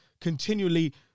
continually